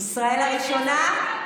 ישראל הראשונה?